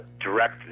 direct